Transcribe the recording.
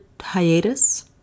hiatus